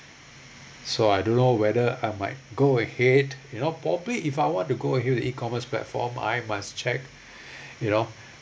so I don't know whether I might go ahead you know probably if I want to go ahead e-commerce platform I must check you know